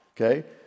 okay